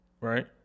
Right